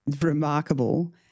remarkable